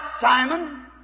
Simon